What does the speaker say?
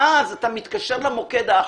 ואז אתה מתקשר למוקד האחוד,